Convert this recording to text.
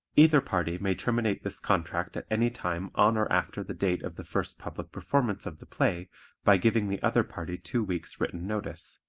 either party may terminate this contract at any time on or after the date of the first public performance of the play by giving the other party two weeks' written notice.